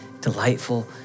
delightful